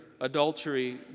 adultery